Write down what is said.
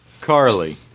Carly